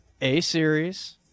A-Series